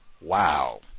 Wow